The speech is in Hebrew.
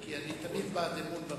כי אני תמיד בעד אמון בממשלה.